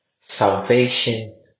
Salvation